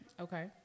Okay